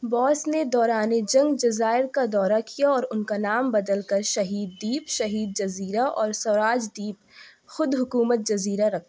بوس نے دورانِ جنگ جزائر کا دورہ کیا اور ان کا نام بدل کر شہید دیپ شہید جزیرہ اور سوراج دیپ خود حکومت جزیرہ رکھا